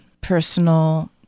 personal